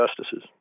justices